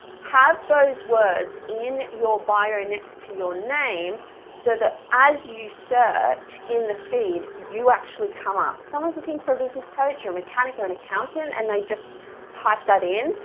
have those words in your bio next to your name so that as you search in the feed you actually come up someone's looking for a business coach or a mechanic or an accountant and they just type that in,